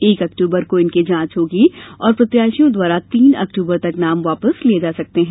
एक अक्टूबर को इनकी जांच होगी और प्रत्याशियों द्वारा तीन अक्टूबर तक नाम वापस लिये जा सकते हैं